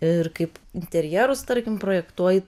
ir kaip interjerus tarkim projektuoji